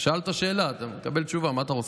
שאלת שאלה, אתה מקבל תשובה, מה אתה רוצה?